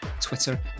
Twitter